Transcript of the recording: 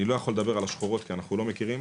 אני לא יכול לדבר על השחורות כי אנחנו לא מכירים.